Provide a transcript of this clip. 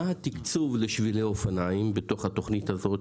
מה התקצוב לשבילי אופניים בתוך התכנית הזו,